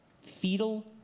fetal